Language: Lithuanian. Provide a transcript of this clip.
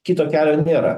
kito kelio nėra